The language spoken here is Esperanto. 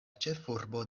ĉefurbo